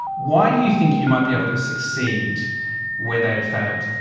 why do you think you might be able to succeed where they have failed?